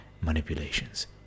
manipulations